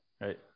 right